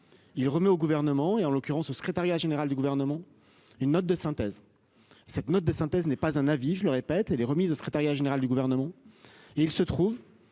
Il remet au gouvernement et en l'occurrence au secrétariat général du gouvernement. Une note de synthèse. Cette note de synthèse n'est pas un avis, je le répète et les remises au secrétariat général du gouvernement. Il se trouve